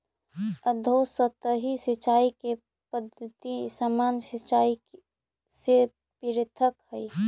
अधोसतही सिंचाई के पद्धति सामान्य सिंचाई से पृथक हइ